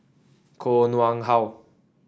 Koh Nguang How